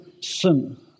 sin